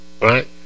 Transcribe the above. Right